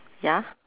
ya